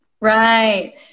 Right